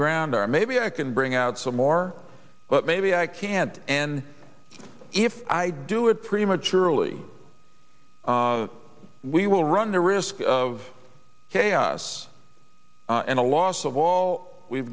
ground are maybe i can bring out some more but maybe i can't and if i do it prematurely we will run the risk of chaos and a loss of all we've